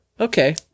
Okay